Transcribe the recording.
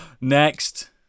Next